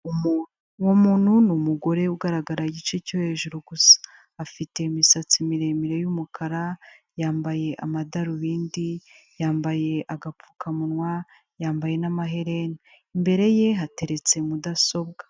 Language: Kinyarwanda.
Umuntu, uwo muntu ni umugore ugaragara igice cyo hejuru gusa, afite imisatsi miremire y'umukara, yambaye amadarubindi, yambaye agapfukamunwa, yambaye n'amaherena, imbere ye hateretse mudasobwa.